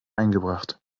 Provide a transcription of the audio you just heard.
eingebracht